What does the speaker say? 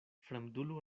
fremdulo